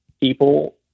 people